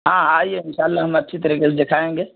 ہاں آئیے ان شاء اللہ ہم اچھی طریقے سے دکھائیں گے